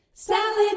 Salad